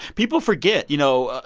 people forget. you know,